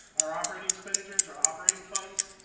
our operating expenditures, our operating funds,